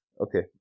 Okay